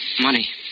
money